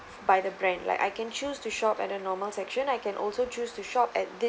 by the brand like I can choose to shop at a normal section I can also choose to shop at